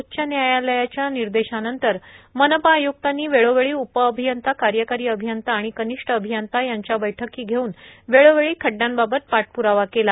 उच्च न्यायालयाच्या निर्देशानंतर मनपा आयुक्तांनी वेळोवेळी उपअभियंता कार्यकारी अभियंता आणि कनिष्ठ अभियंता यांच्या बैठक घेउन वेळोवेळी खड़डयांबाबत पाठप्रावा केला